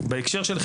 בהקשר של חינוך,